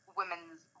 women's